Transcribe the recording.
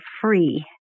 free